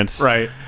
right